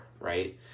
right